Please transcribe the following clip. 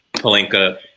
Palenka